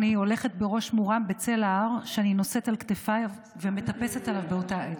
אני הולכת בראש מורם בצל ההר שאני נושאת על כתפי ומטפסת עליו באותה עת.